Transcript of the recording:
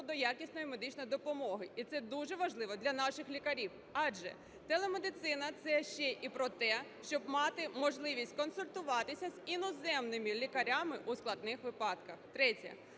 до якісної медичної допомоги, і це дуже важливо для наших лікарів, адже телемедицина – це ще і про те, щоб мати можливість консультуватись з іноземними лікарями у складних випадках.